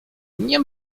nie